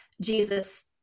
Jesus